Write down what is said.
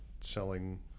selling